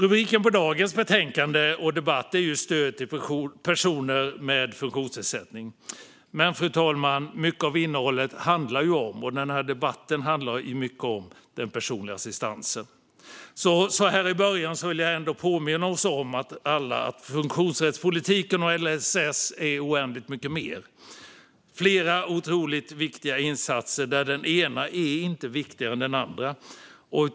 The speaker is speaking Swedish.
Namnet på dagens betänkande och debatt är Stöd till personer me d funktionsnedsättning , men mycket kretsar kring den personliga assistansen. Låt mig därför påminna om att funktionsrättspolitiken och LSS är så oändligt mycket mer. Det handlar om flera otroligt viktiga insatser där den ena inte är viktigare än den andra.